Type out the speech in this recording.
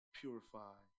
purify